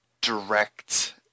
direct